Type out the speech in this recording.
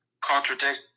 contradict